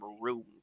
room